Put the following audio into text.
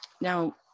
Now